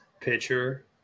pitcher